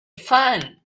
fun